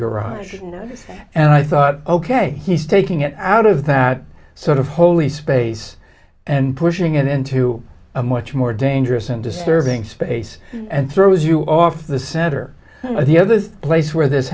garage and i thought ok he's taking it out of that sort of holy space and pushing it into a much more dangerous into serving space and throws you off the center of the other place where this